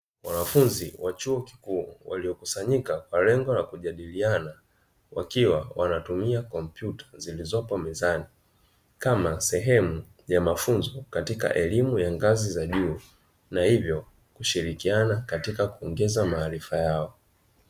Wanafunzi wa chuo kikuu, waliokusanyika kwa lengo la kujadiliana, wakiwa wanatumia kompyuta zilizopo mezani kama sehemu ya mafunzo katika elimu ya ngazi za juu na hivyo kushirikiana katika kuongeza maarifa yao.